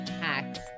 hacks